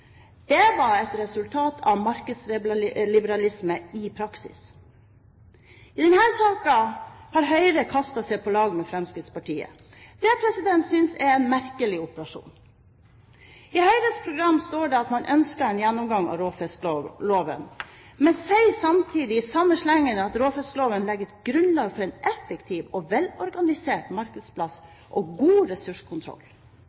Det var et resultat av markedsliberalisme i praksis. I denne saken har Høyre kastet seg på lag med Fremskrittspartiet. Det synes jeg er en merkelig operasjon. I Høyres program står det at man ønsker en gjennomgang av råfiskloven, men man sier samtidig, i samme slengen, at råfiskloven legger et grunnlag for en effektiv og velorganisert